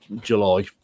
July